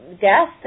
death